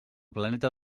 planeta